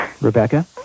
Rebecca